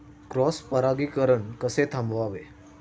Cross परागीकरण कसे थांबवावे?